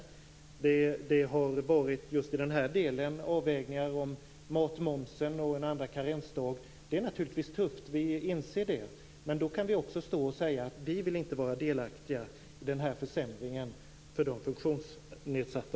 I den här delen har det varit avvägningar när det gäller matmoms och en andra karensdag. Det är naturligtvis tufft, det inser vi. Men då kan vi också säga att vi inte vill vara delaktiga i försämringen för de funktionsnedsatta.